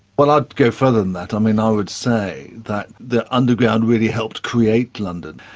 but i would go further than that. um and i would say that the underground really helped create london.